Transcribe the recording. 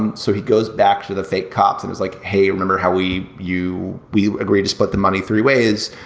um so he goes back to the fake cops and it's like hey remember how we you we agreed to split the money three ways.